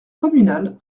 communale